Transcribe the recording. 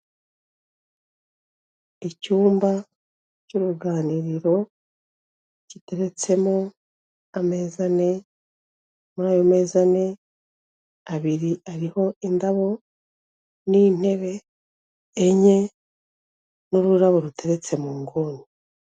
Icyumba cy'uruganiriro giteretsemo ameza ane, muri ayo meza ane, abiri ari indabo n'intebe enye, n'ururabo ruteretse mu nguni.